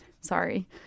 sorry